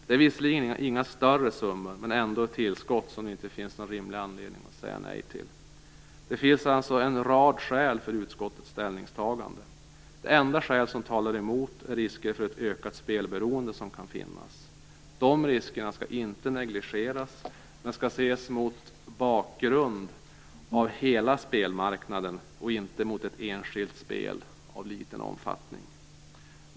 Det är visserligen inga större summor, men ändå ett tillskott som det inte finns någon rimlig anledning att säga nej till. Det finns alltså en rad skäl för utskottets ställningstagande. Det enda skäl som talar emot är de risker för ett ökat spelberoende som kan finnas. De riskerna skall inte negligeras, men de skall ses mot bakgrund av hela spelmarknaden och inte mot ett enskilt spel av liten omfattning.